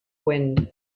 wind